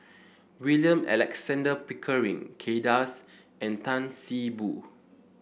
William Alexander Pickering Kay Das and Tan See Boo